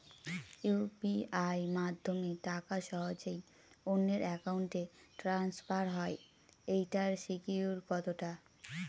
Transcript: UPI মাধ্যমে টাকা সহজেই অন্যের অ্যাকাউন্ট ই ট্রান্সফার হয় এইটার সিকিউর কত টা?